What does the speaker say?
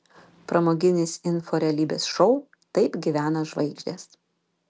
pramoginis info realybės šou taip gyvena žvaigždės